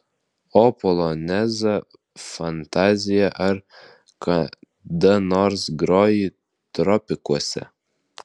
o polonezą fantaziją ar kada nors grojai tropikuose